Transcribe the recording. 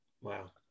Wow